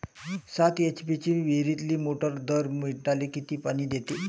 सात एच.पी ची विहिरीतली मोटार दर मिनटाले किती पानी देते?